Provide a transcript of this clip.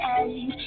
end